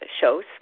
shows